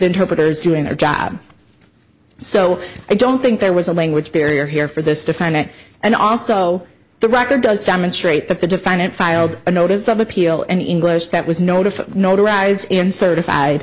interpreters doing their job so i don't think there was a language barrier here for this defendant and also the record does demonstrate that the defendant filed a notice of appeal and in english that was notified notarize in certified